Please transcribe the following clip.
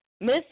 Miss